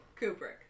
Kubrick